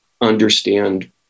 understand